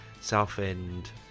Southend